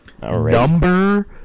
number